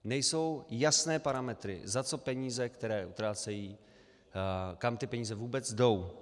Nejsou jasné parametry, za co ty peníze, které utrácejí, kam ty peníze vůbec jdou.